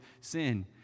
sin